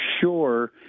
sure